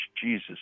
Jesus